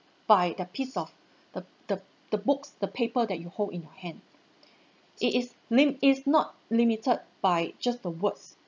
by that piece of the the the books the paper that you hold in your hand it is lim~ it's not limited by just the words